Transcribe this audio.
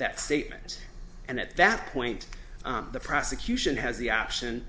that statement and at that point the prosecution has the option